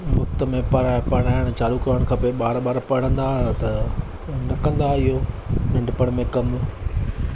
मुफ़्त में पढ़ पढ़ाइनि चालू करणु खपे ॿार ॿार पढ़ंदा त न कंदा इयो नंढपण में कमु